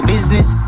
business